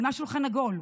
על מה שולחן עגול?